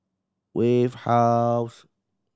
Wave House